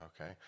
okay